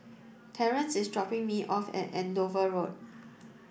Terrence is dropping me off at Andover Road